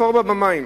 רפורמה במים,